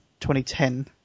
2010